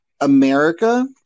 America